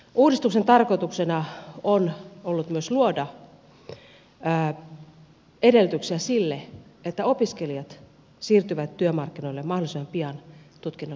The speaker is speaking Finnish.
uudistuksen tarkoituksena on ollut myös luoda edellytyksiä sille että opiskelijat siirtyvät työmarkkinoille mahdollisimman pian tutkinnon suorittamisen jälkeen